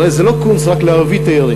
הרי זה לא קונץ רק להביא תיירים.